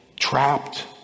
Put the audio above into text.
Trapped